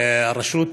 הרשות,